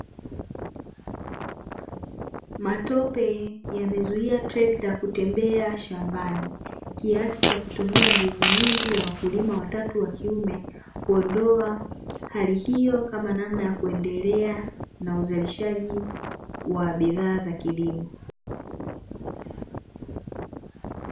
Matope yamezuia trekta kutembea shambani. Kiasi cha kutumia nguvu nyingi ya wakulima watatu wa kiume, kuondoa hali hiyo kama namna ya kuendelea na uzalishaji wa bidhaa za kilimo.